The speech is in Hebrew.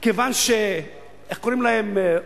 כיוון שאיך קוראים להם,